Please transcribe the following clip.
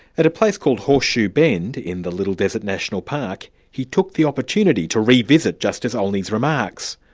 at a place called horseshoe bend in the little desert national park, he took the opportunity to revisit justice olney's remarks.